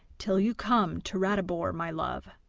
till you come to ratibor, my love.